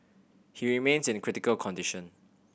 he remains in critical condition